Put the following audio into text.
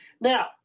Now